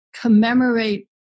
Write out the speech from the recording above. commemorate